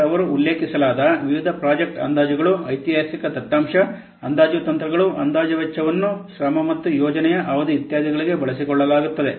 ನಂತರ ಅವರು ಉಲ್ಲೇಖಿಸಬೇಕಾದ ವಿವಿಧ ಪ್ರಾಜೆಕ್ಟ್ ಅಂದಾಜುಗಳು ಐತಿಹಾಸಿಕ ದತ್ತಾಂಶ ಅಂದಾಜು ತಂತ್ರಗಳು ಅಂದಾಜು ವೆಚ್ಚವನ್ನು ಶ್ರಮ ಮತ್ತು ಯೋಜನೆಯ ಅವಧಿ ಇತ್ಯಾದಿಗಳಿಗೆ ಬಳಸಿಕೊಳ್ಳಲಾಗುತ್ತದೆ